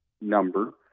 number